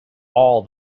all